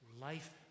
life